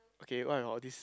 okay what about this